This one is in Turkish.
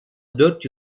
dört